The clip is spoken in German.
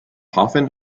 hafen